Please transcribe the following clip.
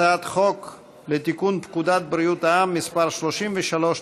הצעת חוק לתיקון פקודת בריאות העם (מס' 33),